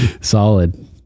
solid